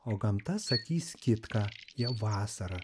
o gamta sakys kitką jau vasara